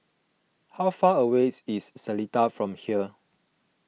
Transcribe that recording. how far away is Seletar from here